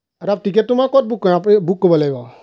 এতিয়া টিকেটটো মই ক'ত বুক কৰিম আপুনি বুক কৰিব লাগিব